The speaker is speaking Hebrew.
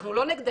אנחנו לא נגדכם,